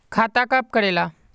खाता कब करेला?